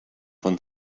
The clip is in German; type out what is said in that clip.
von